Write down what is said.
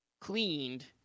cleaned